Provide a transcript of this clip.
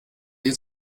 die